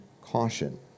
caution